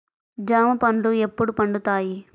జామ పండ్లు ఎప్పుడు పండుతాయి?